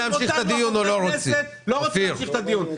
אתם רוצים להמשיך את הדיון או לא רוצים להמשיך את הדיון?